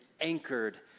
anchored